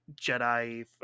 Jedi